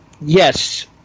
Yes